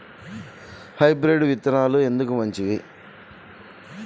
Hybrid విత్తనాలు ఎందుకు మంచివి?